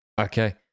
Okay